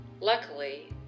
Luckily